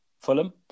Fulham